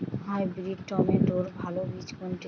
Hybrid টমেটোর ভালো বীজ কোনটি?